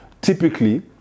typically